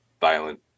violent